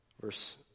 verse